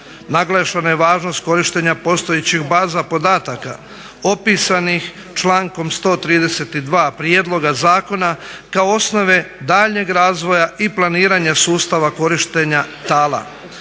Naglašena je važnost korištenja postojećih baza podataka opisanih člankom 132. prijedloga zakona kao osnove daljnjeg razvoja i planiranja sustava korištenja tala.